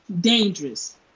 dangerous